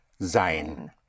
sein